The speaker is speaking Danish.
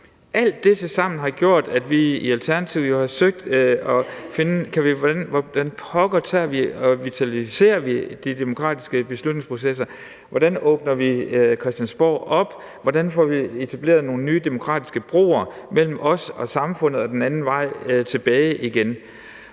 Alt det tilsammen har jo gjort, at vi i Alternativet har forsøgt at finde ud af, hvordan pokker man tager og vitaliserer de demokratiske beslutningsprocesser. Hvordan åbner vi Christiansborg op? Hvordan får vi etableret nogle nye demokratiske broer mellem os og samfundet og den anden vej tilbage igen?